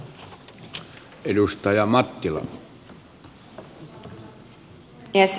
arvoisa puhemies